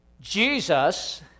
Jesus